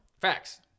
Facts